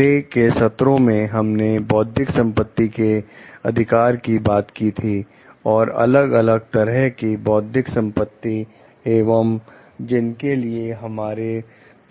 पहले के सत्रों में हमने बौद्धिक संपत्ति के अधिकार की बात की थी और अलग अलग तरह की बौद्धिक संपत्ति एवं जिनके लिए हमारे